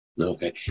Okay